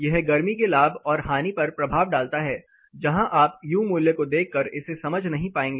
यह गर्मी के लाभ और हानि पर प्रभाव डालता है जहां आप यू मूल्य को देखकर इसे समझ नहीं पाएंगे